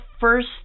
first